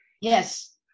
yes